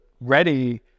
ready